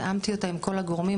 תיאמתי אותה עם כל הגורמים,